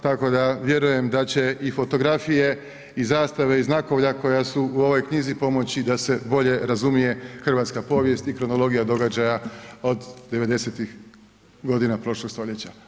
Tako da vjerujem da će i fotografije i zastave i znakovlja koja su u ovoj knjizi pomoći da se bolje razumije hrvatska povijest i kronologija događaja od 90-tih godina prošlog stoljeća.